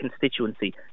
constituency